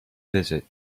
visit